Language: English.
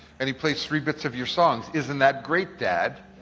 and he plays three bits of your songs isn't that great, dad?